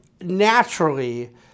naturally